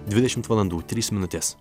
dvidešimt valandų trys minutės